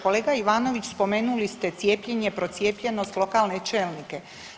Kolega Ivanović, spomenuli ste cijepljenje, procijepljenost, lokalne čelnike.